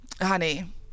honey